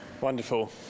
Wonderful